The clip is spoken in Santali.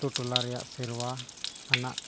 ᱟᱹᱛᱩ ᱴᱚᱞᱟ ᱨᱮᱭᱟᱜ ᱥᱮᱨᱣᱟ ᱟᱱᱟᱜ